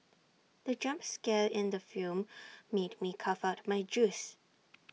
the jump scare in the film made me cough out my juice